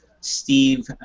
Steve